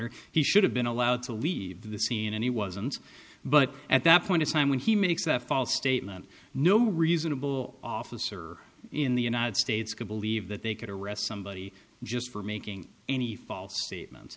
or he should have been allowed to leave the scene and he wasn't but at that point in time when he makes a false statement no reasonable officer in the united states could believe that they could arrest somebody just for making any false statements